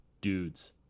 dudes